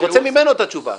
אני רוצה ממנו את התשובה?